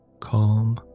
Calm